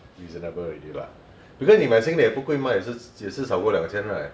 reasonable already lah because 你买新的也不贵 ah 也是少过两千 right